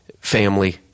family